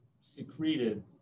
secreted